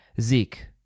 Zeke